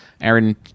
Aaron